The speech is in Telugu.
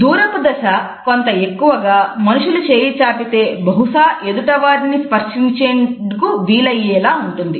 దూరపు దశ కొంత ఎక్కువగా మనుషులు చేయి చాపితే బహుశా ఎదుట వారిని స్పర్శించుటకు వీలయ్యేలా ఉంటుంది